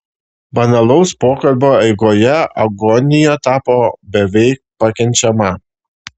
banalaus pokalbio eigoje agonija tapo beveik pakenčiama